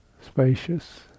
spacious